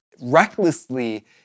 recklessly